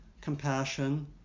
compassion